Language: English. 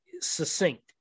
succinct